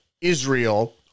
Israel